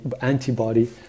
antibody